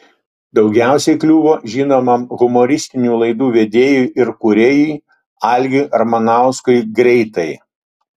daugiausiai kliuvo žinomam humoristinių laidų vedėjui ir kūrėjui algiui ramanauskui greitai